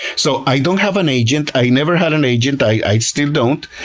so, i don't have an agent. i never had an agent. i still don't.